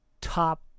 top